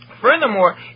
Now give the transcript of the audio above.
Furthermore